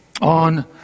On